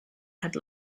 had